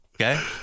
Okay